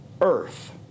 earth